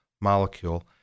molecule